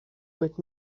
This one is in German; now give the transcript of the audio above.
mit